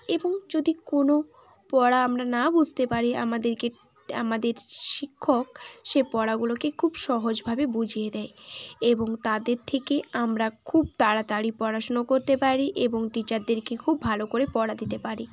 এবং যদি কোনো পড়া আমরা না বুঝতে পারি আমাদেকে আমাদের শিক্ষক সে পড়াগুলোকে খুব সহজভাবে বুঝিয়ে দেয় এবং তাদের থেকে আমরা খুব তাড়াতাড়ি পড়াশুনো করতে পারি এবং টিচারদেরকে খুব ভালো করে পড়া দিতে পারি